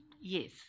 yes